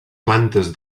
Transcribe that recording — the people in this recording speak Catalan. plantes